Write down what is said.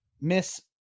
Miss